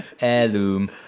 Heirloom